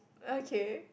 okay